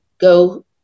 go